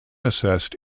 assessed